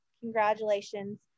congratulations